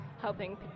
helping